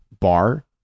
bar